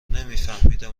نمیفهمیدم